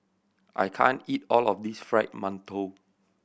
I can't eat all of this Fried Mantou